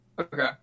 Okay